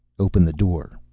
open the door.